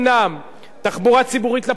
תחבורה ציבורית לפריפריה,